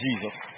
Jesus